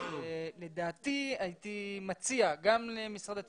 לדעתי הייתי מציע גם למשרד התפוצות,